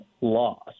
loss